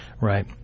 right